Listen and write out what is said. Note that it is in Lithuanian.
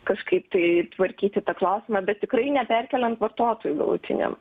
kažkaip tai tvarkyti tą klausimą bet tikrai neperkeliant vartotojui galutiniam